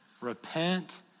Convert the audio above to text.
Repent